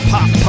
Pop